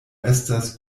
estas